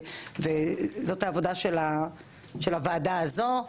וזו העבודה של הוועדה הזו.